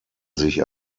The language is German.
sich